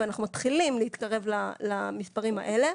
ואנחנו מתחילים להתקרב למספרים האלה.